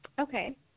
Okay